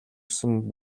гэсэн